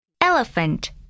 Elephant